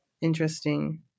interesting